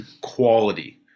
quality